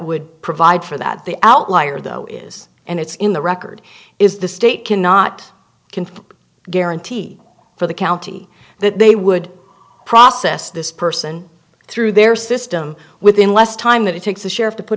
would provide for that the outlier though is and it's in the record is the state cannot confirm guarantee for the county that they would process this person through their system within less time than it takes the sheriff to put